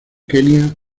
kenia